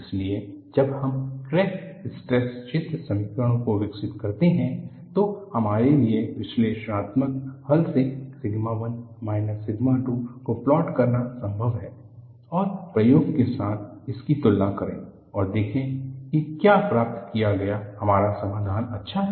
इसलिए जब हम क्रैक स्ट्रेस क्षेत्र समीकरणों को विकसित करते हैं तो हमारे लिए विश्लेषणात्मक हल से सिग्मा 1 माइनस सिग्मा 2 को प्लॉट करना संभव है और प्रयोग के साथ इसकी तुलना करें और देखें कि क्या प्राप्त किया गया हमारा समाधान अच्छा है